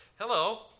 hello